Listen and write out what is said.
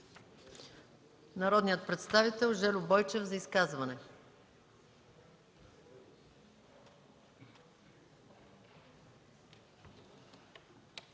Народният представител Жельо Бойчев – за изказване.